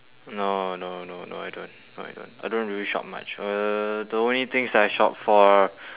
no no no no I don't no I don't I don't really shop much uh the only things that I shop for